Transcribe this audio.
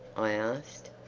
i asked,